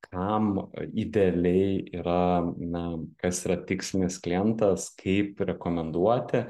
kam idealiai yra na kas yra tikslinis klientas kaip rekomenduoti